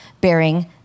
bearing